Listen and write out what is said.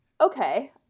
okay